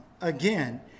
again